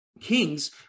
kings